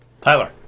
Tyler